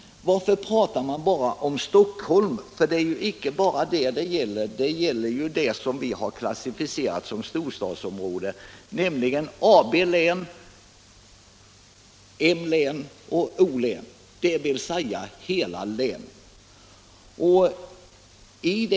Varför pratar man bara om Stockholm? Det gäller inte bara Stockholm, utan det gäller vad vi har klassificerat som storstadsområde, nämligen AB län, M län och O län. Det gäller alltså hela län.